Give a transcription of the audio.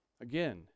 Again